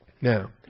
Now